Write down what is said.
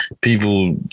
people